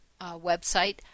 website